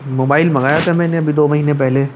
mobile منگایا تھا میں نے ابھی دو مہینے پہلے